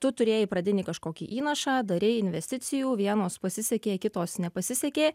tu turėjai pradinį kažkokį įnašą darei investicijų vienos pasisekė kitos nepasisekė